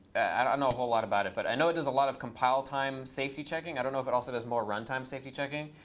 i don't know a whole lot about it. but i know it does a lot of compile time safety checking. i don't know if it also does more runtime safety checking,